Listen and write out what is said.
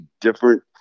different